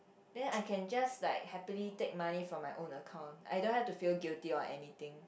then I can just like happily take money from my own account I don't have to feel guilty or anything